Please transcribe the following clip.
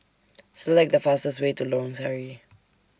Select The fastest Way to Lorong Sari